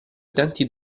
utenti